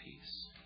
peace